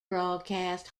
broadcast